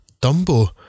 Dumbo